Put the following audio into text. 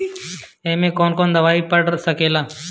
ए में कौन कौन दवाई पढ़ सके ला?